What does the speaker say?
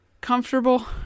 comfortable